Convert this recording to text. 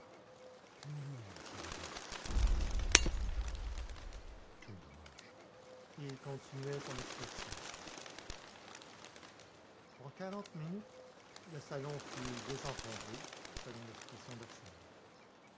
trop lourd celui-là trop grand quel dommage et il continuait son expertise en quarante minutes le salon fut désencombré selon l'expression d'arsène